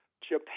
Japan